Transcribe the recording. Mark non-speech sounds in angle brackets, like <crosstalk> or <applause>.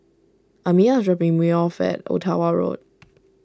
Amiyah is dropping me off at Ottawa Road <noise>